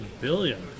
billion